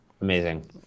Amazing